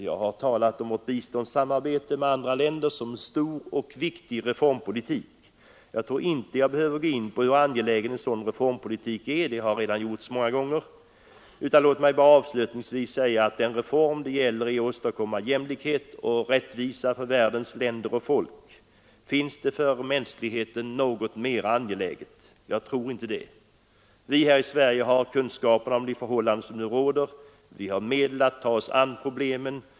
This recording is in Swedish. Jag har talat om vårt biståndssamarbete med andra länder som en stor och viktig reformpolitik. Jag tror inte jag behöver gå in på hur angelägen en sådan reformpolitik är — det har redan framhållits många gånger. Låt mig avslutningsvis bara säga, att vad det gäller är att åstadkomma jämlikhet och rättvisa för världens länder och folk. Finns det för mänskligheten något mera angeläget? Jag tror inte det. Vi här i Sverige har kunskaper om de förhållanden som råder, och vi har medel att ta oss an problemen.